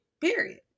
period